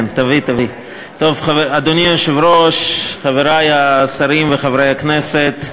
אדוני היושב-ראש, חברי השרים וחברי הכנסת,